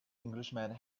englishman